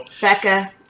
Becca